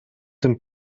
tym